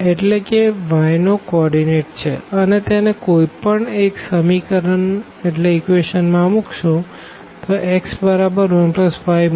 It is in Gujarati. એટલે એ y નો કો ઓર્ડીનેટ છે અને તેને કોઈ પણ એક ઇક્વેશન માં મૂકશું તો x બરાબર 1 y